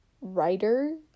writer